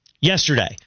yesterday